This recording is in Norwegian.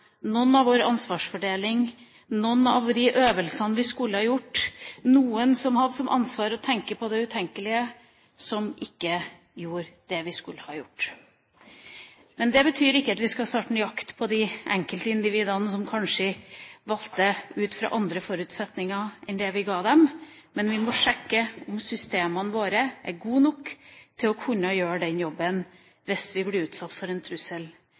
noen som hadde som ansvar å tenke på det utenkelige, som ikke gjorde det de skulle ha gjort. Men det betyr ikke at vi skal starte en jakt på de enkeltindividene som kanskje valgte ut fra andre forutsetninger enn det vi ga dem. Vi må sjekke om systemene våre er gode nok til å kunne gjøre den jobben hvis vi en dag blir utsatt for en trussel